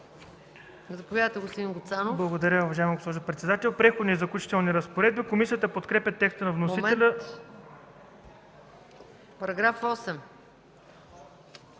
Параграф 8.